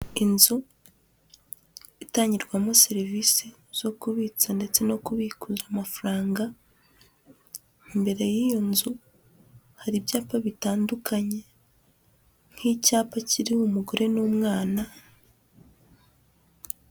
Inzu itangirwamo serivisi zo kubitsa ndetse no kubikuza amafaranga. Imbere y'iyo nzu hari ibyapa bitandukanye. Nk'icyapa kiriho umugore n'umwana.